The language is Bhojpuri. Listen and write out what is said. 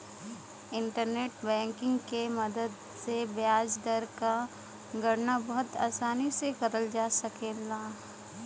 इंटरनेट बैंकिंग के मदद से ब्याज दर क गणना बहुत आसानी से करल जा सकल जाला